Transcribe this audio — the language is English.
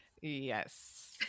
yes